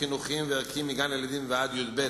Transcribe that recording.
חינוכיים וערכיים מגן-הילדים עד י"ב,